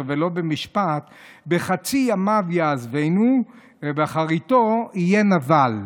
ולא במשפט בחצי ימיו יעזבנו ובאחריתו יהיה נבל".